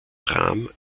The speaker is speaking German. tram